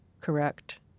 correct